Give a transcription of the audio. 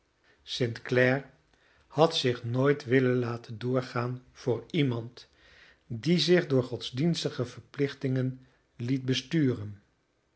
clare had zich nooit willen laten doorgaan voor iemand die zich door godsdienstige verplichtingen liet besturen